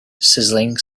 sizzling